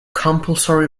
compulsory